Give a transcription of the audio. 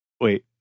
Wait